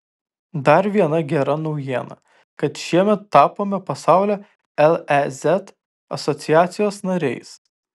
dar viena gera naujiena kad šiemet tapome pasaulio lez asociacijos nariais